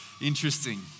Interesting